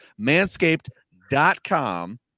manscaped.com